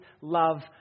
love